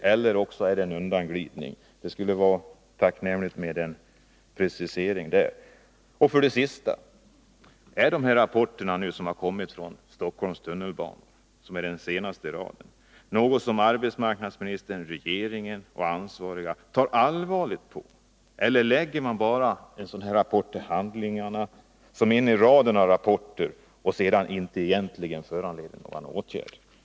Eller är det fråga om en undanglidning? Det vore tacknämligt med en precisering på den punkten. Till sist: Är den rapport, den senaste i raden, som kommit från Stockholms tunnelbana något som arbetsmarknadsministern, regeringen och andra ansvariga tar allvarligt på, eller lägger man bara den här rapporten till handlingarna som en i raden av rapporter, som sedan egentligen inte föranleder någon åtgärd?